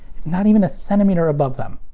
it's not even a centimeter above them.